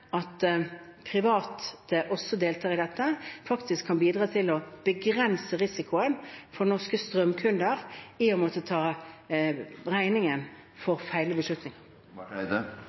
at det å sikre at private også deltar i dette, faktisk kan bidra til å begrense risikoen for at norske strømkunder må ta regningen for feil beslutninger.